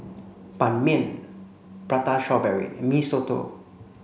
Ban Mian prata strawberry and Mee Soto